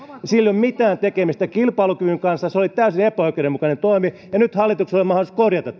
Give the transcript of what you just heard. ole mitään tekemistä kilpailukyvyn kanssa se oli täysin epäoikeudenmukainen toimi ja nyt hallituksella on mahdollisuus korjata